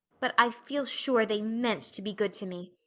but i feel sure they meant to be good to me.